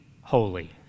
holy